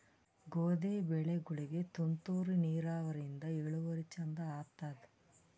ಗೋಧಿ ಬೆಳಿಗೋಳಿಗಿ ತುಂತೂರು ನಿರಾವರಿಯಿಂದ ಇಳುವರಿ ಚಂದ ಆತ್ತಾದ?